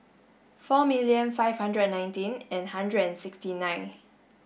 four million five hundred and nineteen and one hundred and sixty nine